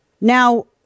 Now